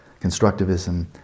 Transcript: constructivism